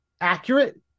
accurate